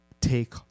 take